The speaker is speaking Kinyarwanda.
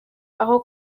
aho